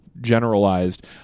generalized